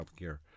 healthcare